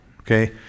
okay